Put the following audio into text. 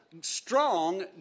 strong